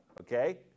Okay